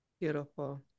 Beautiful